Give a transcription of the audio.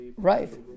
Right